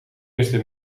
eerste